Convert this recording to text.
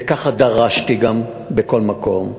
וככה גם דרשתי בכל מקום.